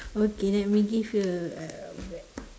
okay let me give you a